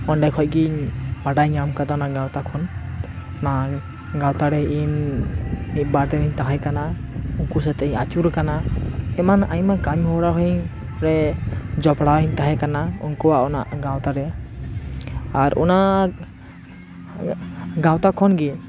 ᱚᱱᱰᱮᱠᱷᱚᱡ ᱜᱤᱧ ᱵᱟᱰᱟᱭ ᱧᱟᱢ ᱠᱟᱫᱟ ᱚᱱᱟ ᱜᱟᱶᱛᱟ ᱠᱷᱚᱱ ᱚᱱᱟ ᱜᱟᱶᱛᱟᱨᱮ ᱤᱧ ᱢᱤᱫ ᱵᱟᱨ ᱫᱤᱱ ᱤᱧ ᱛᱟᱦᱮᱸ ᱠᱟᱱᱟ ᱩᱱᱠᱩ ᱥᱟᱛᱮ ᱤᱧ ᱟᱹᱪᱩᱨ ᱠᱟᱱᱟ ᱮᱢᱟᱱ ᱟᱭᱢᱟ ᱠᱟᱹᱢᱤ ᱦᱚᱨᱟ ᱠᱚᱨᱮ ᱡᱚᱯᱲᱟᱣ ᱤᱧ ᱛᱟᱦᱮᱸ ᱠᱟᱱᱟ ᱩᱱᱠᱩᱣᱟᱜ ᱚᱱᱟ ᱜᱟᱶᱛᱟ ᱨᱮ ᱟᱨ ᱚᱱᱟ ᱜᱟᱶᱛᱟ ᱠᱷᱚᱱ ᱜᱤ